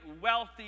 wealthy